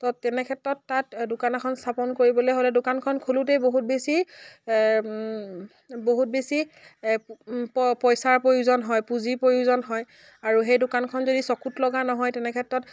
ত' তেনেক্ষেত্ৰত তাত দোকান এখন স্থাপন কৰিবলৈ হ'লে দোকানখন খোলোতেই বহুত বেছি বহুত বেছি প পইচাৰ প্ৰয়োজন হয় পুঁজিৰ প্ৰয়োজন হয় আৰু সেই দোকানখন যদি চকুত লগা নহয় তেনেক্ষেত্ৰত